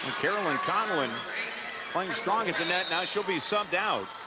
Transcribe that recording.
conlon conlon playing strong at the net, she'll be subbed out